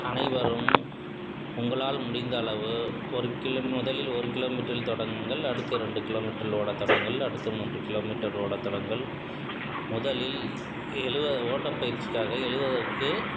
அனைவரும் உங்களால் முடிந்த அளவு ஒரு கிலோ முதலில் ஒரு கிலோமீட்டரில் தொடங்குங்கள் அடுத்து இரண்டுக் கிலோமீட்டரில் ஓட தொடங்குங்கள் அடுத்து மூன்று கிலோமீட்டர் ஓட தொடங்குங்கள் முதலில் எழுவ ஓட்டப் பயிற்சிக்காக எழுவதற்கு